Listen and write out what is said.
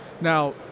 Now